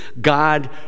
God